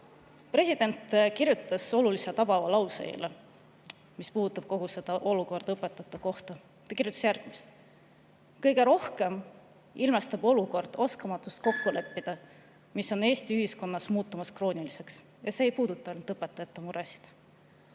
President kirjutas eile olulise tabava lause, mis puudutab kogu seda olukorda, õpetajate kohta. Ta kirjutas järgmist: "Aga kõige rohkem ilmestab olukord oskamatust kokku leppida, mis on Eesti ühiskonnas muutumas krooniliseks. Ja see ei puuduta ainult õpetajate muresid."